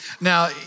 Now